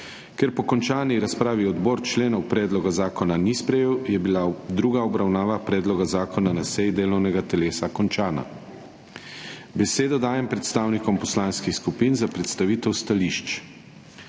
Ker po končani razpravi odbor členov predloga zakona ni sprejel, je bila druga obravnava predloga zakona na seji delovnega telesa končana. Besedo dajem predstavnikom poslanskih skupin za predstavitev stališč.